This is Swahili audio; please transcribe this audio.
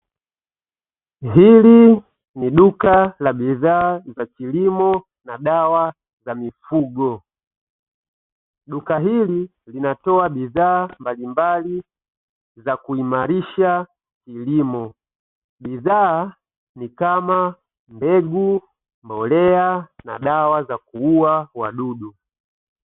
Hili ni duka la bidhaa za kilimo na dawa za mifugo. Duka hili linatoa bidhaa mbalimbali za kuimarisha kilimo bidhaa ni kama mbegu, mbolea, na dawa za kuua wadudu.